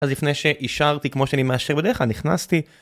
אז לפני שאישרתי כמו שאני מאשר בדרך כלל, נכנסתי.